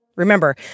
Remember